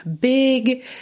big